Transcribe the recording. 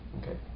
okay